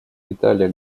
италия